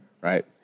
right